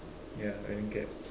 ya wearing cap